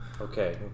Okay